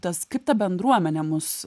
tas kaip ta bendruomenė mus